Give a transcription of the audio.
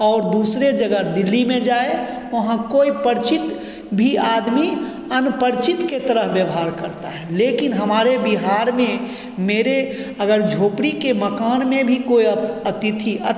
और दूसरे जगह दिल्ली में जाए वहाँ कोई परिचित भी आदमी अनपरिचित के तरह व्यवहार करता है लेकिन हमारे बिहार में मेरे अगर झोपड़ी के मकान में भी कोई अतिथि